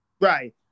right